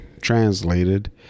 translated